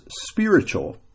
spiritual